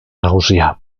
nagusia